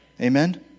Amen